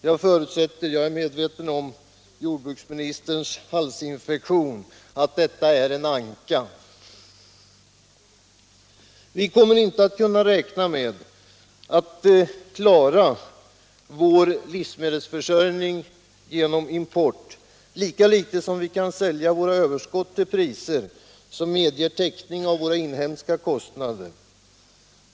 Jag förutsätter, även om jag är medveten om att jag på grund av jordbruksministerns halsinfektion i dag inte kan få något besked, att detta är en anka. Vi kommer inte att kunna räkna med att klara vår livsmedelsförsörjning genom import, lika litet som vi kan sälja våra överskott till priser som medger täckning av våra inhemska kostnader.